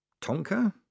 Tonka